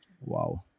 wow